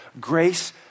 grace